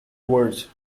words